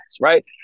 right